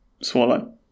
swallow